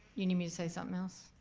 you need me to say something else?